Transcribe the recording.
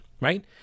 right